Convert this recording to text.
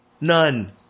None